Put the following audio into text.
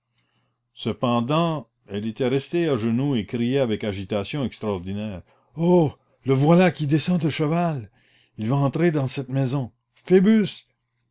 cependant elle était restée à genoux et criait avec agitation extraordinaire oh le voilà qui descend de cheval il va entrer dans cette maison